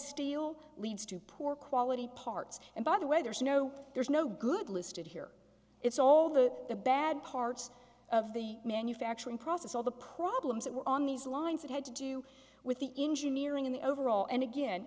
steel leads to poor quality parts and by the way there's no there's no good listed here it's all the the bad parts of the manufacturing process all the problems that were on these lines that had to do with the engineering in the overall and again